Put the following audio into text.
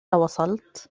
وصلت